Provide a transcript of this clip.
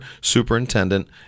superintendent